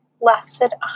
lasted